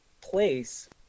place